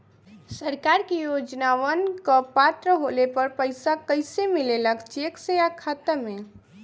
सरकार के योजनावन क पात्र होले पर पैसा कइसे मिले ला चेक से या खाता मे?